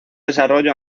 desarrollo